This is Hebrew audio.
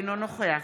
אינו נוכח